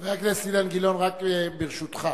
חבר הכנסת אילן גילאון, רק ברשותך,